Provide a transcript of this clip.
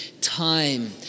time